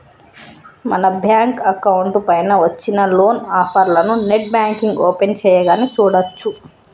మన bank account పైన వచ్చిన లోన్ ఆఫర్లను నెట్ బ్యాంకింగ్ ఓపెన్ చేయగానే చూడచ్చు